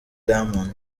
diamond